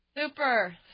Super